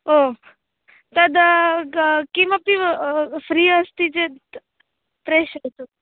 ओ तद् ग किमपि फ़्री अस्ति चेत् प्रेषयतु